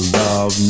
love